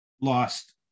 lost